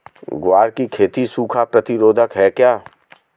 ग्वार की खेती सूखा प्रतीरोधक है क्या?